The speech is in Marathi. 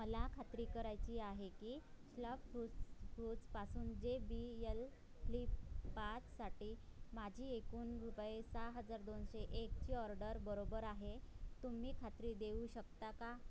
मला खात्री करायची आहे की स्लब फ्रूट्स फ्रूट्सपासून जे बी यल फ्लिपपाचसाठी माझी एकून रुपये सहा हजार दोनशे एकची ऑर्डर बरोबर आहे तुम्ही खात्री देऊ शकता का